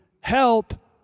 Help